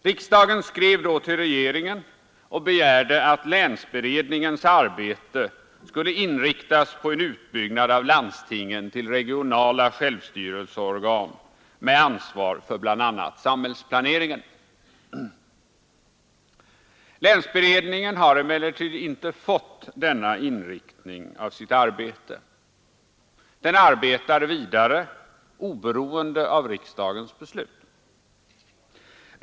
Riksdagen skrev då till regeringen och begärde att länsberedningens arbete skulle inriktas på en utbyggnad av landstingen till regionala självstyrelseorgan med ansvar för bl.a. samhällsplaneringen. Länsberedningen har dock icke fått denna inriktning av sitt arbete. Den arbetar vidare oberoende av riksdagens beslut.